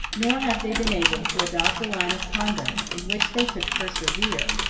nor have they been able to adopt a line of conduct in which they could persevere,